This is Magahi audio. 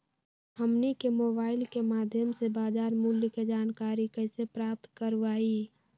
हमनी के मोबाइल के माध्यम से बाजार मूल्य के जानकारी कैसे प्राप्त करवाई?